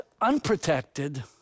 unprotected